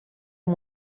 amb